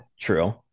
true